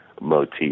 motif